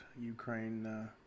Ukraine